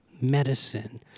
medicine